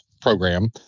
program